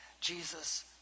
Jesus